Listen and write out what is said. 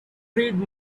read